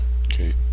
Okay